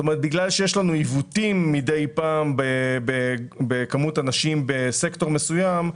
בגלל שיש לנו עיוותים מדי פעם במספר הנשים בסקטור מסוים,